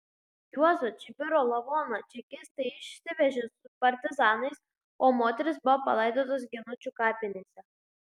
juozo čibiro lavoną čekistai išsivežė su partizanais o moterys buvo palaidotos ginučių kapinėse